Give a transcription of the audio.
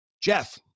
Jeff